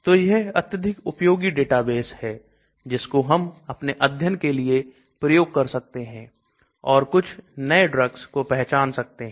तो यह अत्यधिक उपयोगी डेटाबेस है जिसको हम अपने अध्ययन के लिए प्रयोग कर सकते हैं और कुछ नए ड्रग्स को पहचान सकते हैं